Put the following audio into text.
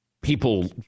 People